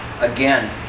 again